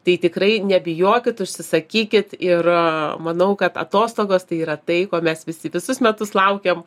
tai tikrai nebijokit užsisakykit ir manau kad atostogos tai yra tai ko mes visi visus metus laukiam